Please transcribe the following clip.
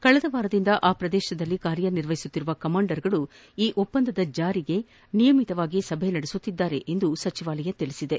ಕಳೆದ ವಾರದಿಂದ ಆ ಪ್ರದೇಶದಲ್ಲಿ ಕಾರ್ಯನಿರ್ವಹಿಸುತ್ತಿರುವ ಕಮಾಂಡರ್ಗಳು ಈ ಒಪ್ಪಂದದ ಜಾರಿಗೆ ನಿಯಮಿತವಾಗಿ ಸಭೆ ನಡೆಸುತ್ತಿದ್ದಾರೆ ಎಂದು ಸಚಿವಾಲಯ ತಿಳಿಸಿದೆ